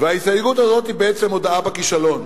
ההסתייגות הזאת היא בעצם הודאה בכישלון,